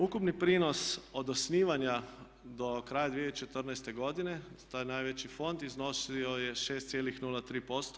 Ukupni prinos od osnivanja do kraja 2014. godine to je najveći fond iznosio je 6,03%